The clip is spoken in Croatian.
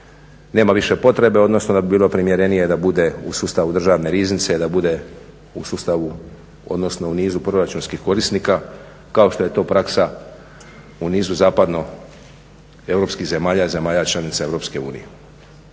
nema više potrebe odnosno da bi bilo primjerenije da bude u sustavu državne riznice, da bude u sustavu, odnosno u nizu proračunskih korisnika kao što je to praksa u nizu zapadno europskih zemalja i zemalja članica Europske unije.